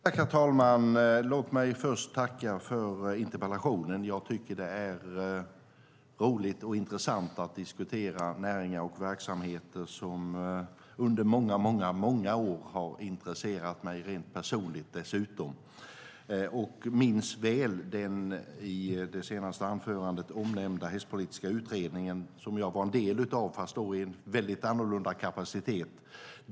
Herr talman! Låt mig först tacka för interpellationen. Jag tycker att det är roligt och intressant att diskutera näringar och verksamheter som under många, många år har intresserat mig personligen. Jag minns väl den i det senaste inlägget omnämnda hästpolitiska utredningen som jag var en del av, fast då i en väldigt annorlunda kapacitet.